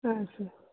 ಹಾಂ ಸರ್